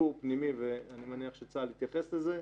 שיפור פנימי ואני מניח שצה"ל יתייחס לזה.